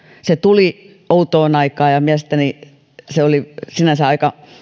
se tuli outoon aikaan ja mielestäni se oli sinänsä aika